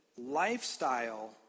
lifestyle